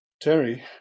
Terry